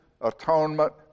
atonement